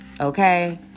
okay